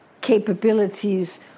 capabilities